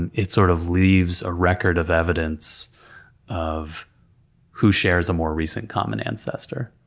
and it sort of leaves a record of evidence of who shares a more recent common ancestor.